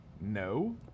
No